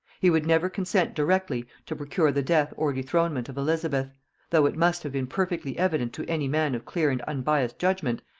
he would never consent directly to procure the death or dethronement of elizabeth though it must have been perfectly evident to any man of clear and unbiassed judgement,